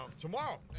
Tomorrow